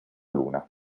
luna